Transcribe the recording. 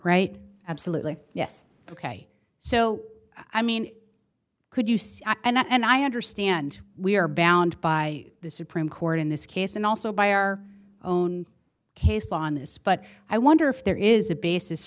right absolutely yes ok so i mean could you and i understand we are bound by the supreme court in this case and also by our own case law on this but i wonder if there is a basis